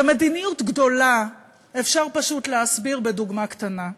ומדיניות גדולה אפשר פשוט להסביר בדוגמה קטנה.